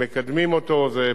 זה פרויקט מורכב,